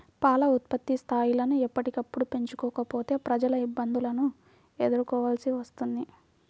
పాల ఉత్పత్తి స్థాయిలను ఎప్పటికప్పుడు పెంచుకోకపోతే ప్రజలు ఇబ్బందులను ఎదుర్కోవలసి వస్తుంది